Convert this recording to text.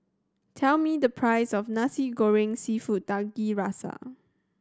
tell me the price of Nasi Goreng Seafood Tiga Rasa